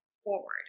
forward